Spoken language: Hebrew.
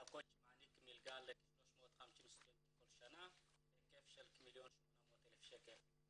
נקוצ' מעניק מלגה ל-350 סטודנטים כל שנה בהיקף של כ- 1.8 מיליון שקל.